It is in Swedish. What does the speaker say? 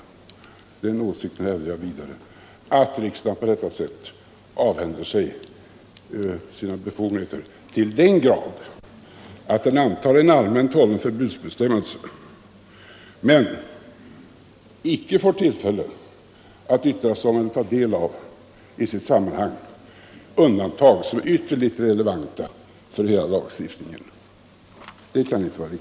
Den åsikten hävdar jag vidare, att riksdagen på detta sätt avhänder sig sina befogenheter till den grad att den antar en allmänt hållen förbudsbestämmelse men icke får tillfälle att yttra sig om eller ta del av i sitt sammanhang undantag som är ytterligt relevanta för hela lagstiftningen. Det kan inte vara riktigt.